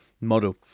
model